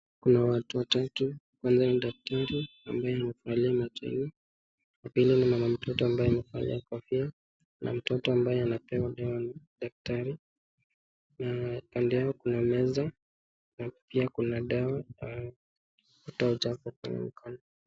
Kuna watu watatu, kwanza ni daktari ambaye amevalia macho nne, wa pili ni mama mtoto ambaye amevalia kofia na mtoto ambaye anapewa dawa na daktari, na kando yao kuna meza pia kuna dawa ya kutoa uchafu kwenye mkono.